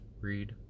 read